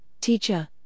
Teacher